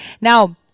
now